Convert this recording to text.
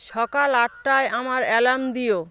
সকাল আটটায় আমার দিও